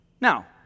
Now